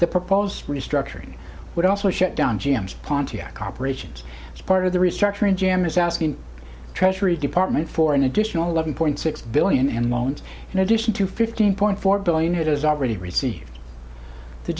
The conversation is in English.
the proposed restructuring would also shut down g m s pontiac operations as part of the restructuring jim is asking the treasury department for an additional eleven point six billion and loans in addition to fifteen point four billion has already received the